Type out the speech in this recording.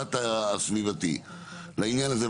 המבט הסביבתי לעניין הזה,